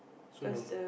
so long